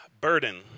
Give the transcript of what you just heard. Burden